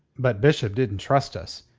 but bishop didn't trust us.